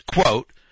Quote